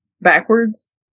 backwards